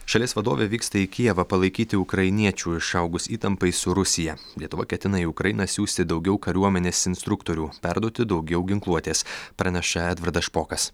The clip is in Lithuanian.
šalies vadovė vyksta į kijevą palaikyti ukrainiečių išaugus įtampai su rusija lietuva ketina į ukrainą siųsti daugiau kariuomenės instruktorių perduoti daugiau ginkluotės praneša edvardas špokas